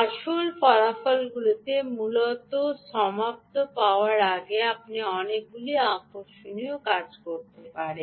আসল ফলাফলগুলিতে মূলত সমাপ্ত হওয়ার আগে আপনি অনেকগুলি আকর্ষণীয় কাজ করতে পারেন